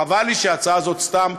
חבל לי שההצעה הזאת סתם תיעלם,